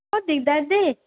বৰ দিগদাৰ দেই